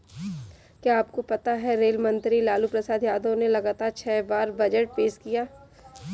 क्या आपको पता है रेल मंत्री लालू प्रसाद यादव ने लगातार छह बार बजट पेश किया?